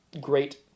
great